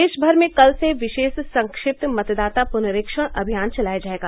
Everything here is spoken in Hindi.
प्रदेश भर में कल से विशेष संक्षिप्त मतदाता पुनरीक्षण अभियान चलाया जायेगा